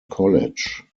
college